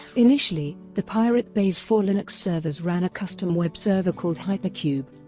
initially, the pirate bay's four linux servers ran a custom web server called hypercube.